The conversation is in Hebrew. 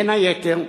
בין היתר,